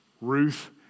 Ruth